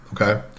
okay